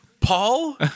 Paul